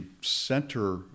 center